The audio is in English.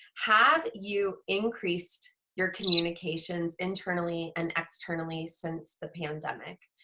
have you increased your communications internally and externally since the pandemic?